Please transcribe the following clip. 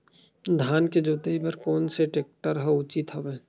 धान के जोताई बर कोन से टेक्टर ह उचित हवय?